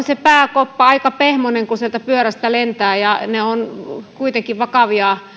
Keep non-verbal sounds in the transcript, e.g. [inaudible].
[unintelligible] se pääkoppa on aika pehmoinen kun sieltä pyörästä lentää ja ne ovat kuitenkin vakavia